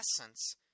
essence